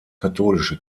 katholische